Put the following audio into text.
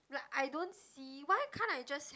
like I don't see why can't I just